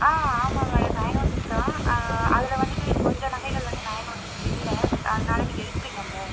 ஆ ஆமாம் madam nine one six தான் அதில் வந்துவிட்டு கொஞ்ச நகைகள் வந்து நைன் ஒன் சிக்ஸ் இல்லை அதனால் நீங்கள் எடுத்துப்பிங்கள்ல